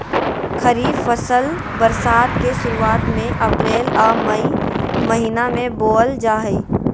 खरीफ फसल बरसात के शुरुआत में अप्रैल आ मई महीना में बोअल जा हइ